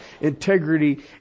integrity